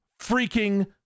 freaking